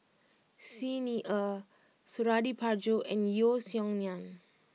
Xi Ni Er Suradi Parjo and Yeo Song Nian